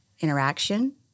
interaction